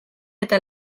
eta